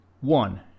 One